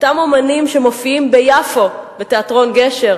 אותם אמנים שמופיעים ביפו בתיאטרון "גשר",